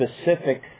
specific